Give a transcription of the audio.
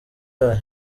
yayo